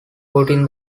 putting